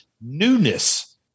newness